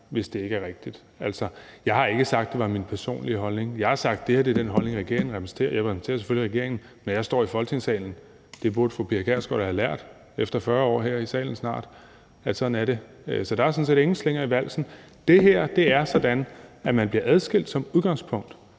hvis det ikke er rigtigt. Altså, jeg har ikke sagt, at det var min personlige holdning; jeg har sagt, at det her er den her holdning, regeringen repræsenterer. Jeg repræsenterer selvfølgelig regeringen, når jeg står i Folketingssalen. Det burde fru Pia Kjærsgaard da have lært efter snart 40 år her i salen. Sådan er det. Så der er sådan set ingen slinger i valsen. Det her er sådan, at man som udgangspunkt